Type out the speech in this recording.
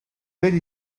erede